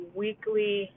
weekly